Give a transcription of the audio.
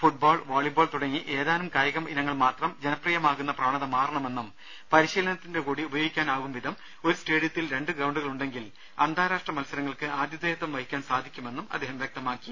football volleyball തുടങ്ങി ഏതാനും കായിക ഇനങ്ങൾ മാത്രം ജനപ്രിയമാകുന്ന പ്രവണത മാറണമെന്നും പരിശീലനത്തിനുകൂടി ഉപയോഗിക്കാനാകുംവിധം ഒരു സ്റ്റേഡിയത്തിൽ രണ്ട് ഗ്രൌണ്ടുകൾ ഉണ്ടെങ്കിൽ അന്താരാഷ്ട്ര മത്സരങ്ങൾക്ക് ആതിഥേയത്വം വഹിക്കാൻ സാധിക്കുമെന്നും അദ്ദേഹം വ്യക്തമാക്കി